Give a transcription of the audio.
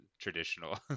traditional